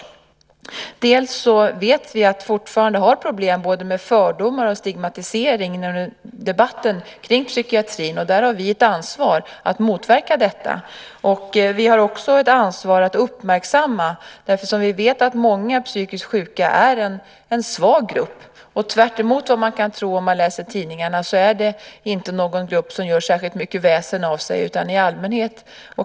För det första vet vi att det fortfarande finns problem med både fördomar och stigmatisering i debatten kring psykiatrin, och vi har ett ansvar för att motverka detta. För det andra vet vi att psykiskt sjuka i stor utsträckning är en svag grupp. Tvärtemot vad man kan tro om man läser tidningar är det i allmänhet inte en grupp som gör särskilt mycket väsen av sig.